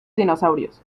dinosaurios